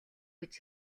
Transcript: гэж